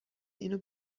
اینو